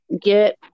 get